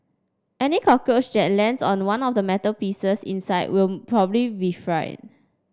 any cockroach that lands on one of the metal pieces inside will probably be fried